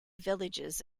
villages